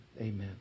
Amen